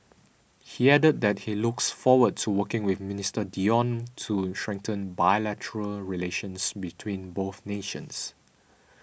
he added that he looks forward to working with Minister Dion to strengthen bilateral relations between both nations